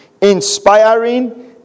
Inspiring